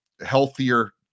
healthier